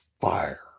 FIRE